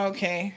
Okay